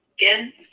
Again